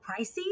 pricey